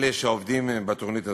אלה שעובדים בתוכנית הזו.